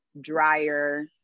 drier